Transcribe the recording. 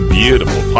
beautiful